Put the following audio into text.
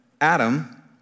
Adam